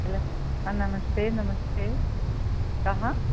hello हा नमस्ते नमस्ते कः